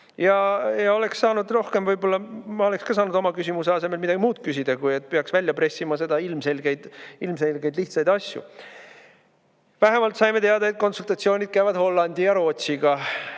konsulteeritakse, ja võib-olla ma oleksin saanud oma küsimuse asemel midagi muud küsida, kui et peaks välja pressima ilmselgeid, lihtsaid asju. Vähemalt saime teada, et konsultatsioonid käivad Hollandi ja Rootsiga.